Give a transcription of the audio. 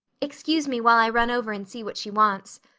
excuse me while i run over and see what she wants.